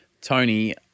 Tony